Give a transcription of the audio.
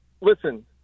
listen